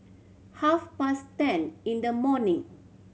half past ten in the morning